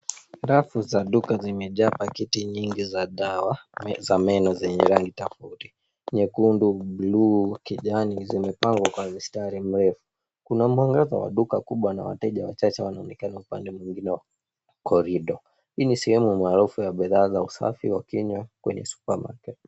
Rafu za duka zimejaa pakiti nyingi za dawa za meno zenye rangi tofauti. Nyekundu, blue , kijani zimepangwa kwa mstari mrefu. Kuna mwangaza wa duka kubwa na wateja wachache wanaonekana upande mwingine wa korido. Hii ni sehemu maarufu ya bidhaa za usafu wa kinywa kwenye supermarket .